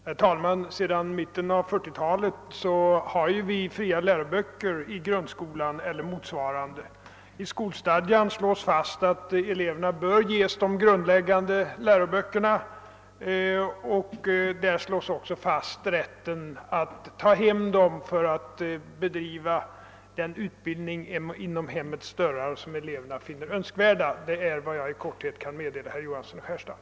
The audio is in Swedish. Herr talman! Sedan mitten av 1940 talet har vi fria läroböcker i grundskolan och motsvarande. I skolstadgan slås fast att eleverna bör ges de grundläggande läroböckerna. Där slås också fast rätten att ta hem läroböckerna så att eleverna inom hemmets dörrar skall kunna bedriva den utbildning som de finner önskvärd. Det är vad jag i korthet kan meddela herr Johansson i Skärstad.